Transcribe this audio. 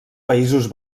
països